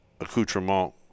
accoutrement